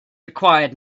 required